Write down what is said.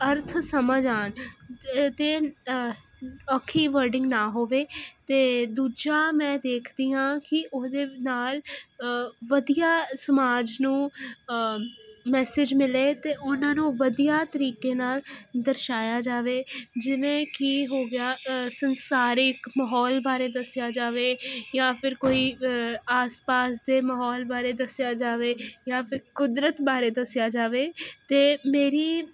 ਅਰਥ ਸਮਝ ਆਣ ਅਤੇ ਔਖੀ ਵਰਡਿੰਗ ਨਾ ਹੋਵੇ ਅਤੇ ਦੂਜਾ ਮੈਂ ਦੇਖਦੀ ਹਾਂ ਕਿ ਉਹਦੇ ਨਾਲ ਵਧੀਆ ਸਮਾਜ ਨੂੰ ਮੈਸੇਜ ਮਿਲੇ ਅਤੇ ਉਹਨਾਂ ਨੂੰ ਵਧੀਆ ਤਰੀਕੇ ਨਾਲ ਦਰਸ਼ਾਇਆ ਜਾਵੇ ਜਿਵੇਂ ਕਿ ਹੋ ਗਿਆ ਸੰਸਾਰਿਕ ਮਾਹੌਲ ਬਾਰੇ ਦੱਸਿਆ ਜਾਵੇ ਜਾਂ ਫਿਰ ਕੋਈ ਆਸ ਪਾਸ ਦੇ ਮਾਹੌਲ ਬਾਰੇ ਦੱਸਿਆ ਜਾਵੇ ਜਾਂ ਫਿਰ ਕੁਦਰਤ ਬਾਰੇ ਦੱਸਿਆ ਜਾਵੇ ਅਤੇ ਮੇਰੀ